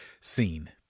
seen